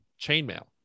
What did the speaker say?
chainmail